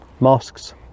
mosques